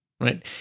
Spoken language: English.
right